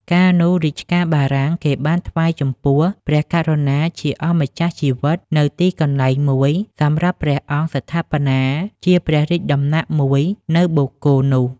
កាលនោះ រាជការបារាំង គេបានថ្វាយចំពោះព្រះករុណាជាអម្ចាស់ជីវិត នូវទីកន្លែងមួយ សម្រាប់ព្រះអង្គស្ថាបនាជាព្រះរាជដំណាក់មួយនៅបូកគោនោះ ។